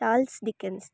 charles dickens